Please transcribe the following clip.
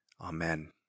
Amen